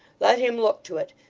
let him look to it.